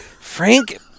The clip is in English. Frank